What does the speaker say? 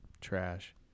trash